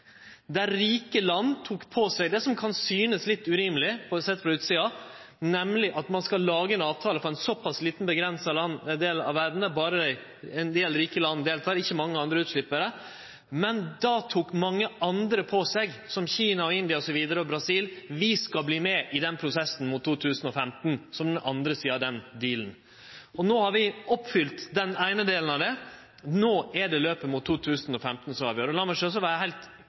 der rike land tok på seg det som kan sjå litt urimeleg ut, sett frå utsida, nemleg at ein skal lage ein avtale for ein såpass liten, avgrensa del av verda der berre ein del rike land deltar, og der mange andre ikkje slepp til. Men då tok mange andre, som Kina, India, Brasil osv., på seg å vere med i den prosessen mot 2015, som er den andre sida av den «dealen». No har vi oppfylt den eine delen av det. No er det løpet mot 2015 som avgjer. Og la meg sjølvsagt vere heilt krystallklar på at Kyoto 2 jo ikkje er